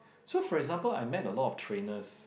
so for example I met a lot of trainers